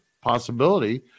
possibility